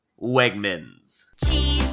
Wegmans